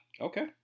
Okay